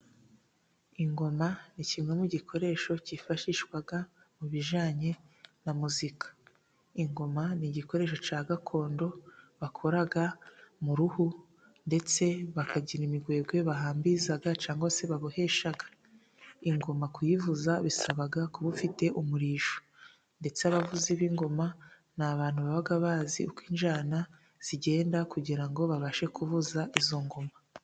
Ingoma ni kimwe mu gikoresho cyifashishwa mu bijyanye na muzika. Ingoma ni igikoresho cya gakondo bakora mu ruhu ndetse bakagira imigwegwe bahambiriza cyangwa se babohesha. Ingoma kuyivuza bisaba kuba ufite umurishyo ndetse abavuzi b'ingoma ni abantu baba bazi uko injyana zigenda kugira ngo babashe kuvuza izo ngoma.